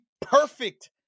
perfect